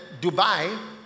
Dubai